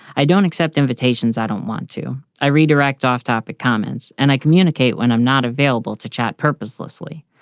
i don't accept invitations. i don't want to. i redirect off-topic comments and i communicate when i'm not available to chat. purpose, leslie.